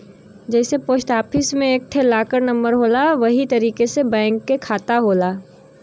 जइसे post office मे एक ठे लाकर नम्बर होला वही तरीके से बैंक के खाता होला